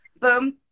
boom